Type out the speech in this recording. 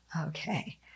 Okay